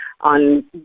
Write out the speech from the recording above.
on